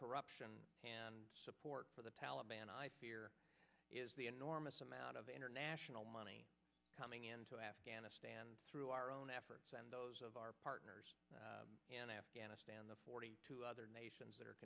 corruption and support for the taliban i fear is the enormous amount of international money coming into afghanistan through our own efforts and those of our partners in afghanistan the forty two other nations that are